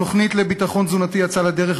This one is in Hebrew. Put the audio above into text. התוכנית לביטחון תזונתי יצאה לדרך,